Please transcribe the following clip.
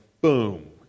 boom